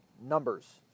Numbers